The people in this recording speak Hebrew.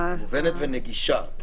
מובנת ונגישה.